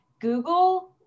Google